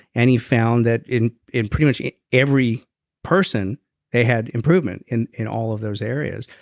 and he found that in in pretty much every person they had improvement in in all of those areas.